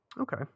Okay